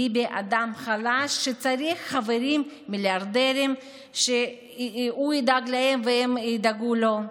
ביבי אדם חלש שצריך חברים מיליארדרים שהוא ידאג להם והם ידאגו לו.